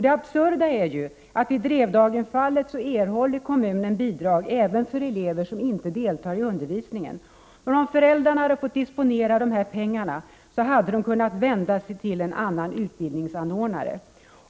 Det absurda är ju att i Drevdagenfallet erhåller kommunen bidrag även för elever som inte deltar i undervisningen. Om föräldrarna hade fått disponera dessa pengar, hade de kunnat vända sig till en annan utbildningsanordnare.